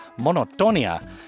Monotonia